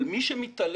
אבל מי שמתערב